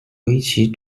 围棋